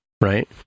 right